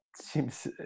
seems